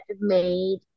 made